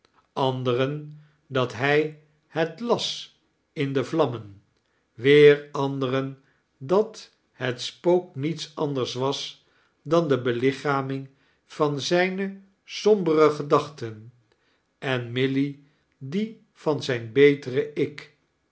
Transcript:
anderen dat hij het las in de vlammen weer anderen dat het spook niets anders was dan de belichaming van zijne sombere gedachtetl en milly die van zijn beter-ik